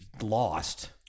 lost